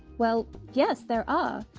well yes there are.